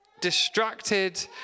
Distracted